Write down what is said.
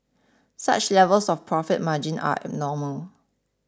such levels of profit margin are abnormal